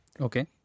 Okay